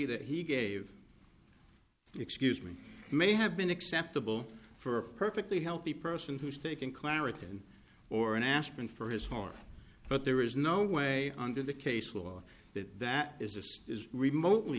that he gave excuse me may have been acceptable for a perfectly healthy person who's taking claritin or an aspirin for his heart but there is no way under the case will that that is a remotely